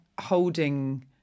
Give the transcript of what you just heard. holding